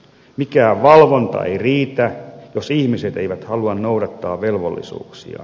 mikään valvonta ei riitä jos ihmiset eivät halua noudattaa velvollisuuksiaan